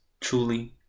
truly